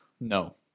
No